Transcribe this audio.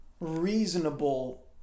reasonable